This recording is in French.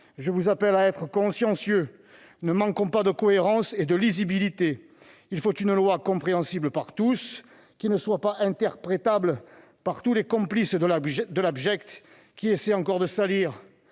je vous appelle à être consciencieux : ne manquons pas de cohérence et de lisibilité. Il faut une loi compréhensible par tous, qui ne soit pas interprétable par tous les complices de l'abject qui essaient encore de salir,